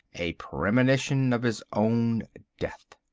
a premonition of his own death.